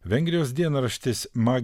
vengrijos dienraštis ma